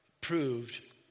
proved